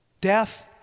Death